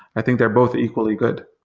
i think they're both equally good.